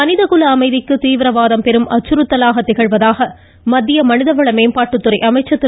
மனிதகுல அமைதிக்கு தீவிரவாதம் பெரும் அச்சுறுத்தலாக திகழ்கிறது என்று மத்திய மனிதவள மேம்பாட்டுத்துறை அமைச்சர் திரு